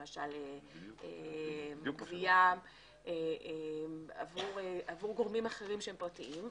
למשל גבייה עבור גורמים אחרים שהם פרטיים,